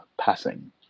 passing